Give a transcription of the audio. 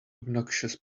obnoxious